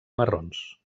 marrons